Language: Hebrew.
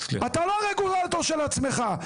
אתה לא הרגולטור של עצמך.